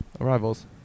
arrivals